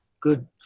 good